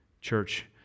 Church